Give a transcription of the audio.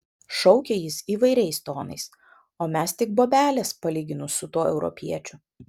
šaukė jis įvairiais tonais o mes tik bobelės palyginus su tuo europiečiu